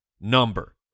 number